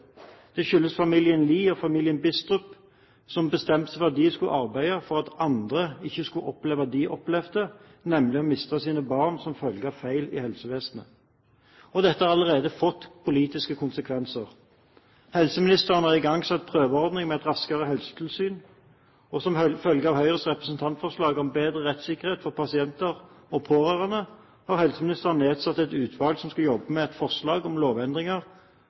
Det skyldes familiene Lie og Bistrup, som bestemte seg for at de skulle arbeide for at andre ikke skulle oppleve det de opplevde, nemlig å miste sitt barn som følge av feil i helsevesenet. Dette har allerede fått politiske konsekvenser. Helseministeren har igangsatt en prøveordning med et raskere helsetilsyn. Som følge av Høyres representantforslag om bedre rettsikkerhet for pasienter og pårørende har helseministeren nedsatt et utvalg som skal jobbe med et forslag om lovendringer